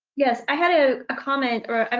yes, i had a comment, or i